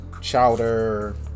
Chowder